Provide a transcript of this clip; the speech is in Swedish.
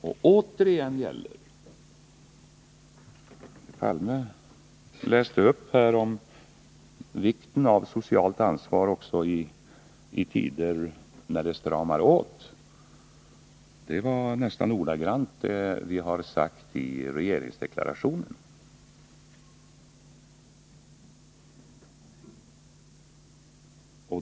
Olof Palme talade om vikten av socialt ansvar också i tider när det stramade åt. Vad han sade var nästan exakt det som står i regeringsdeklarationen.